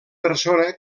persona